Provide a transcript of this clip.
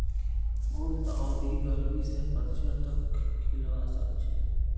गुलदाउदी गर्मी स पतझड़ तक खिलवा सखछे